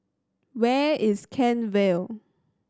where is Kent Vale